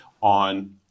on